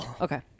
Okay